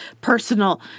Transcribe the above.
personal